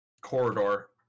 corridor